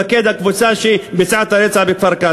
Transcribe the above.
שהוא מפקד הקבוצה שביצעה את הרצח בכפר-קאסם,